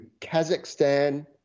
Kazakhstan